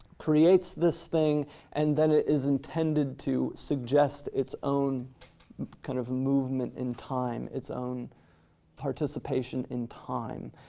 creates this thing and then it is intended to suggest its own kind of movement in time, its own participation in time,